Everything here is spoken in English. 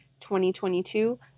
2022